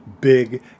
big